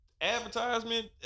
advertisement